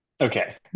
Okay